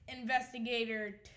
investigator